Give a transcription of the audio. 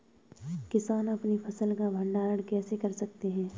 किसान अपनी फसल का भंडारण कैसे कर सकते हैं?